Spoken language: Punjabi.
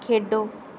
ਖੇਡੋ